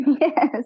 yes